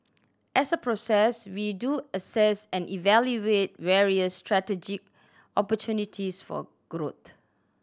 as a process we do assess and evaluate various strategic opportunities for growth